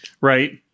Right